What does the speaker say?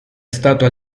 stato